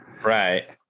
Right